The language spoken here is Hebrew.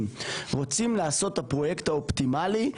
רוצים לעשות את הפרויקט האופטימלי,